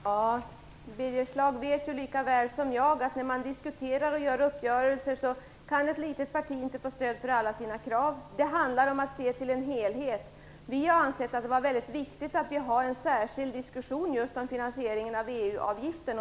Herr talman! Birger Schlaug vet lika väl som jag att när man diskuterat och har uppgörelser så kan ett litet parti inte få stöd för alla sina krav. Det handlar om att se till en helhet. Vi har ansett det vara viktigt att ha en särskild diskussion om finansieringen av EU-avgiften.